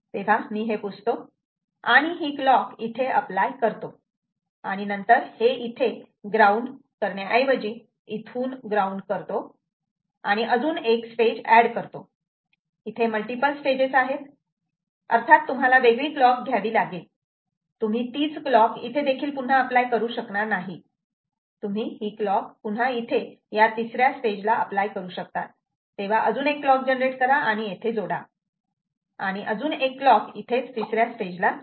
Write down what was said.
तर मी हे पुसतो आणि ही क्लॉक इथे अप्लाय करतो आणि नंतर हे इथे ग्राउंड करण्याऐवजी इथून ग्राउंड करतो आणि अजून एक स्टेज एड करतो मल्टिपल स्टेजेस इथे आहेत अर्थात तुम्हाला वेगळी क्लॉक घ्यावी लागेल तुम्ही तीच क्लॉक इथे देखील पुन्हा अप्लाय करू शकणार नाही तुम्ही ही क्लॉक पुन्हा इथे या तिसऱ्या स्टेजला अप्लाय करू शकतात तेव्हा अजून एक क्लॉक जनरेट करा आणि येथे जोडा आणि अजून एक क्लॉक इथेच तिसऱ्या स्टेजला जोडा